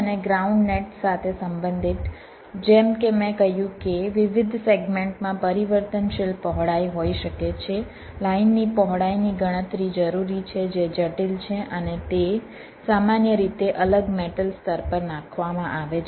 અને Vdd અને ground net સાથે સંબંધિત જેમ કે મેં કહ્યું કે વિવિધ સેગમેન્ટ માં પરિવર્તનશીલ પહોળાઈ હોઈ શકે છે લાઇનની પહોળાઈની ગણતરી જરૂરી છે જે જટિલ છે અને તે સામાન્ય રીતે અલગ મેટલ સ્તર પર નાખવામાં આવે છે